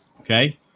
okay